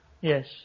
Yes